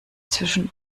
zwischen